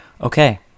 Okay